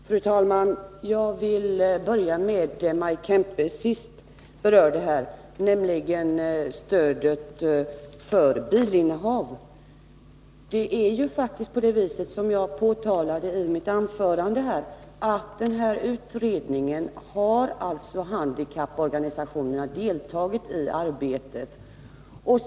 Fru talman! Jag vill börja med det som Maj Kempe sist berörde, nämligen stödet för bilinnehav. Det är faktiskt så, som jag påpekade i mitt anförande, att företrädare för handikapporganisationerna har deltagit i bilstödsutredningens arbete.